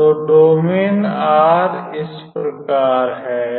तो domain r इस प्रकार है